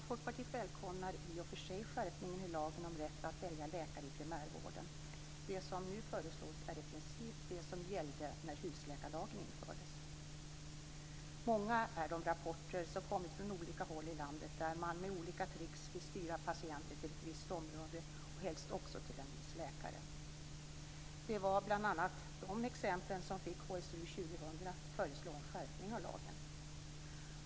Folkpartiet välkomnar i och för sig skärpningen i lagen om rätt att välja läkare i primärvården. Det som nu föreslås är i princip det som gällde när husläkarlagen infördes. Många är de rapporter som kommer från olika håll i landet om att man där med olika tricks vill styra patienter till ett visst område, helst också till en viss läkare. Det var bl.a. dessa exempel som fick HSU 2000 att föreslå en skärpning av lagen.